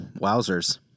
Wowzers